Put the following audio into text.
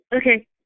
Okay